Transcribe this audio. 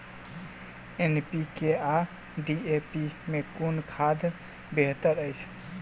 NPK आ DAP मे कुन खाद बेहतर अछि?